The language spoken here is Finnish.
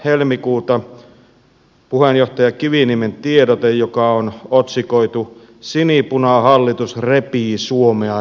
päivältä helmikuuta puheenjohtaja kiviniemen tiedote joka on otsikoitu sinipunahallitus repii suomea rikki